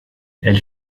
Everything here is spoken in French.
elle